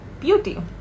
Beauty